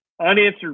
Unanswered